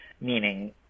meaning